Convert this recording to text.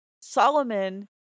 Solomon